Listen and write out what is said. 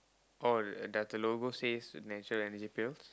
oh does the logo says natural Energy Pills